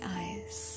eyes